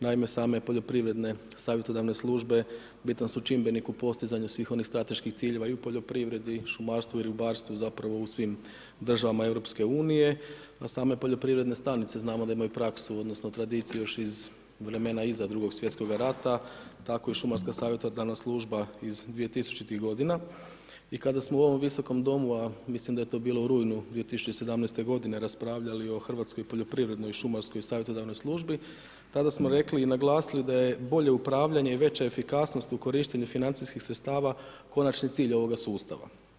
Naime same poljoprivredne savjetodavne službe bitan su čimbenik u postizanju svih onih strateških ciljeva i u poljoprivredi, šumarstvu i ribarstvu zapravo u svim državama Europske unije, a same poljoprivredne stanice znamo da imaju praksu odnosno tradiciju još iz vremena iza 2. svjetskog rata, tako i šumarska savjetodavna služba iz 2000.-tih godina i kada smo u ovom visokom domu a mislim da je to bilo u rujnu 2017. godine raspravljali o hrvatskoj poljoprivrednoj šumarskoj savjetodavnoj službi, tada smo rekli i naglasili da je bolje upravljanje i veća efikasnost u korištenju financijskih sredstava konačni cilj ovoga sustava.